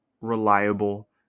reliable